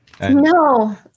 no